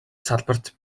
салбарт